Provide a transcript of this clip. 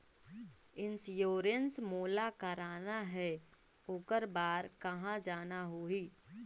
Insurance मोला कराना हे ओकर बार कहा जाना होही?